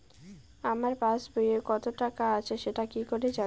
আমার পাসবইয়ে কত টাকা আছে সেটা কি করে জানবো?